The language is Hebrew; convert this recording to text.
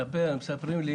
מספרים לי